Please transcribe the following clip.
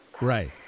Right